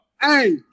Hey